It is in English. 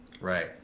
Right